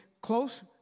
close